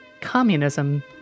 communism